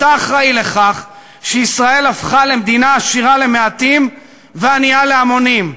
אתה אחראי לכך שישראל הפכה למדינה עשירה למעטים וענייה להמונים,